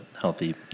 healthy